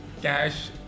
cash